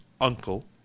uncle